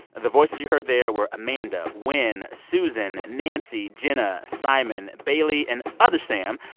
the voices you heard there were amanda, wen, susan, nancy, jenna, simon, bailey and other sam,